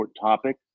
topic